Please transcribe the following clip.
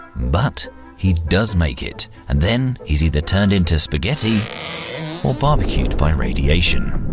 but he does make it, and then he's either turned into spaghetti or barbecued by radiation.